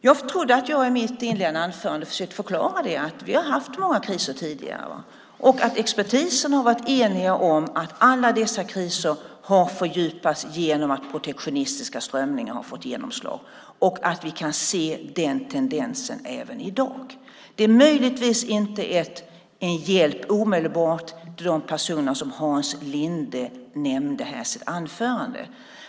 Jag trodde att jag i mitt anförande lyckades förklara att vi tidigare haft många kriser och att expertisen varit enig om att alla dessa kriser fördjupats genom att protektionistiska strömningar har fått genomslag och att vi även i dag kan se en sådan tendens. Möjligtvis är det inte omedelbart en hjälp till de personer som Hans Linde omnämnde i sitt anförande.